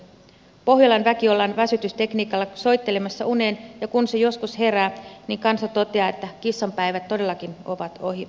pohjolan väki ollaan väsytystekniikalla soittelemassa uneen ja kun se joskus herää niin kansa toteaa että kissanpäivät todellakin ovat ohi